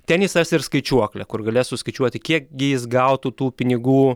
ten jis ras ir skaičiuoklę kur galės suskaičiuoti kiek gi jis gautų tų pinigų